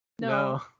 No